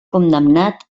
condemnat